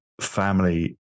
family